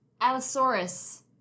Allosaurus